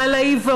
אלא על העיוורון,